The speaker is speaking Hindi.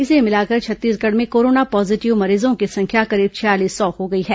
इसे मिलाकर छत्तीसगढ़ में कोरोना पॉजिटिव मरीजों की संख्या करीब छयालीस सौ हो गई है